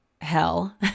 hell